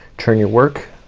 turn your work.